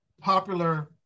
popular